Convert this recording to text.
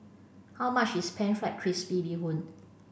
how much is pan fried crispy Bee Hoon